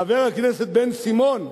חבר הכנסת בן-סימון,